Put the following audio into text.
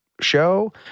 show